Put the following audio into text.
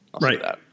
Right